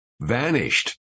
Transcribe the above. vanished